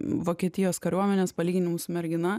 vokietijos kariuomenės palyginimus su mergina